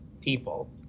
people